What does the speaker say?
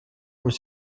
was